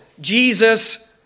Jesus